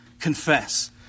Confess